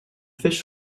fish